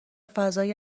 فضای